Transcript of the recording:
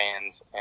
fans